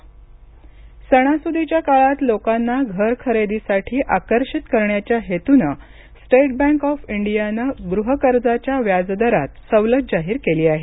state bank कर्ज सणासुदीच्या काळात लोकांना घरखरेदीसाठी आकर्षित करण्याच्या हेतूनं स्टेट बँक ऑफ इंडियानं गृहकर्जाच्या व्याज दरात सवलत जाहीर केली आहे